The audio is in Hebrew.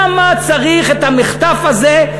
למה צריך את המחטף הזה?